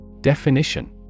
Definition